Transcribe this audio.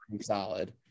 solid